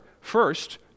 First